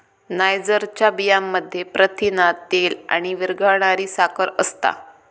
नायजरच्या बियांमध्ये प्रथिना, तेल आणि विरघळणारी साखर असता